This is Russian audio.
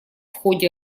ходе